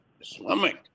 Islamic